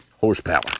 Horsepower